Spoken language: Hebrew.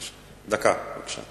דקה, בבקשה.